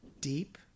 deep